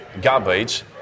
garbage